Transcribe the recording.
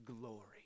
glory